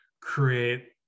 create